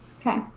Okay